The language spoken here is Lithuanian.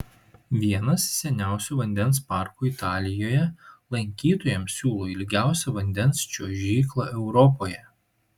vienas seniausių vandens parkų italijoje lankytojams siūlo ilgiausią vandens čiuožyklą europoje